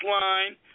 line